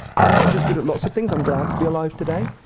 our culture's good at lots of things, i'm glad to be alive today,